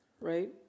right